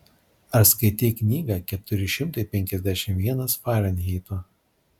ar skaitei knygą keturi šimtai penkiasdešimt vienas farenheito